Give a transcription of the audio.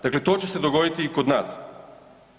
Dakle, to će se dogoditi i kod nas.